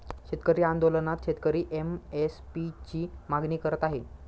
शेतकरी आंदोलनात शेतकरी एम.एस.पी ची मागणी करत आहे